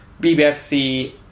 BBFC